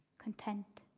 content.